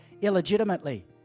illegitimately